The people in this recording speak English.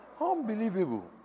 Unbelievable